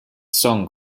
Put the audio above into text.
song